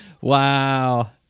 Wow